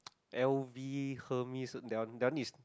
L_V Hermes that one that one is